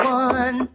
one